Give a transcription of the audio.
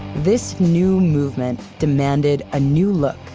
this new movement demanded a new look.